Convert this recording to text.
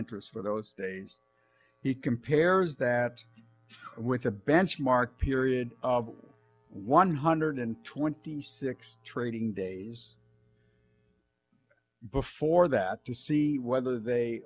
interest for those days he compares that with a benchmark period of one hundred and twenty six trading days before that to see whether they